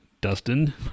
Dustin